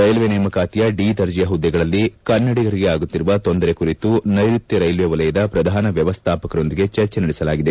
railway ನೇಮಕಾತಿಯ D ದರ್ಜೆಯ ಹುದ್ದೆಗಳಲ್ಲಿ ಕನ್ನಡಿಗರಿಗೆ ಆಗುತ್ತಿರುವ ತೊಂದರೆ ಕುರಿತು ನೈರುತ್ತ ರೈಲ್ವೆ ವಲಯದ ಪ್ರಧಾನ ವ್ಯವಸ್ಥಾಪಕರೊಂದಿಗೆ ಚರ್ಚೆ ನಡೆಸಲಾಗಿದೆ